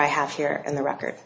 i have here in the record